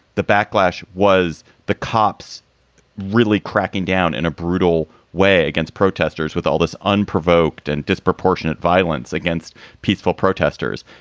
the backlash was the cops really cracking down in a brutal. weigh against protesters with all this unprovoked and disproportionate violence against peaceful protesters.